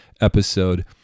episode